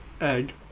Egg